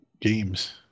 games